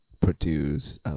produce